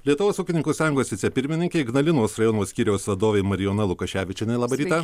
lietuvos ūkininkų sąjungos vicepirmininkė ignalinos rajono skyriaus vadovė marijona lukaševičienė laba diena